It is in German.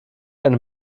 eine